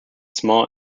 small